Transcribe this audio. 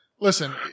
listen